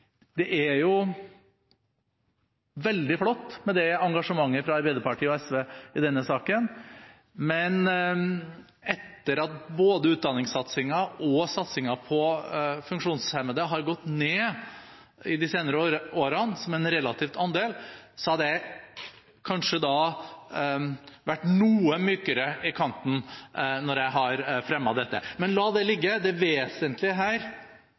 det jo er veldig flott med engasjementet fra Arbeiderpartiet og SV i denne saken, men etter at både utdanningssatsingen og satsingen på funksjonshemmede har gått ned i de senere årene, som en relativ andel, hadde jeg kanskje vært noe mykere i kanten når jeg hadde fremmet dette. Men la det ligge. Det vesentlige her